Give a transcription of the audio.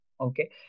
Okay